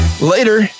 Later